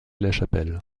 lachapelle